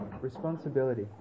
Responsibility